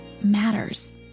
matters